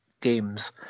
games